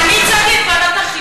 זה התקנון, אין מה לעשות.